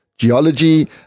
geology